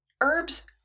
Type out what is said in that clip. Herbs